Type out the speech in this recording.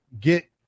get